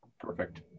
Perfect